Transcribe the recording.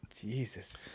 Jesus